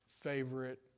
favorite